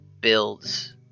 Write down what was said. builds